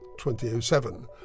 2007